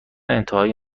انتهای